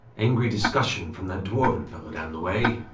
angry discussion from that dwarven fellow down the way.